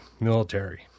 military